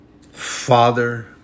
Father